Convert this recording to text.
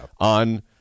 on